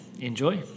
enjoy